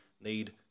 need